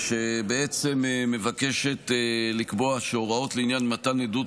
שבעצם מבקשת לקבוע שהוראות לעניין מתן עדות